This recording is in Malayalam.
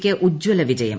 ക്ക് ഉജ്ജ്വല വിജയം